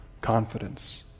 confidence